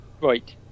Right